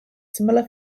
similar